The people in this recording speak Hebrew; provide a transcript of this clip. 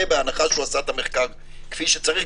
בהנחה שהוא עשה את המחקר כפי שצריך,